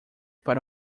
para